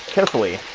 carefully.